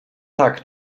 tak